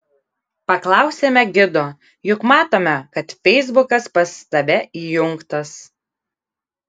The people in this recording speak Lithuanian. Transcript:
paklausėme gido juk matome kad feisbukas pas tave įjungtas